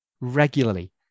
regularly